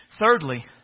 Thirdly